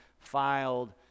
filed